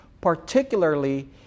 particularly